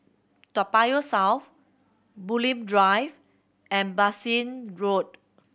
Toa Payoh South Bulim Drive and Bassein Road